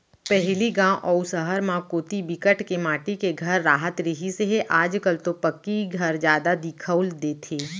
पहिली गाँव अउ सहर म कोती बिकट के माटी के घर राहत रिहिस हे आज कल तो पक्की घर जादा दिखउल देथे